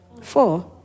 Four